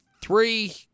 three